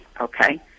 Okay